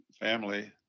family